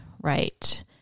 Right